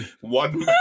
One